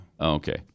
Okay